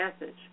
message